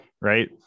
right